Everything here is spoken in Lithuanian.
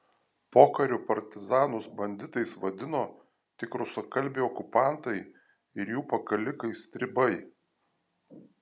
pokariu partizanus banditais vadino tik rusakalbiai okupantai ir jų pakalikai stribai